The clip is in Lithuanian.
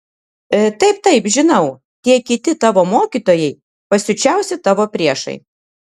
taip taip žinau tie kiti tavo mokytojai pasiučiausi tavo priešai